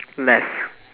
left